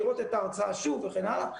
לראות את ההרצאה שוב וכן הלאה.